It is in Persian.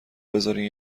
بذارین